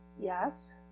Yes